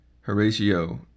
Horatio